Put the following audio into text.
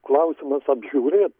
klausimas apžiūrėt